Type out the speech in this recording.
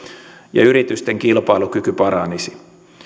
ja yritysten kilpailukyky paranisi